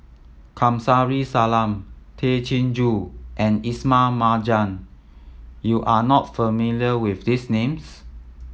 Kamsari Salam Tay Chin Joo and Ismail Marjan you are not familiar with these names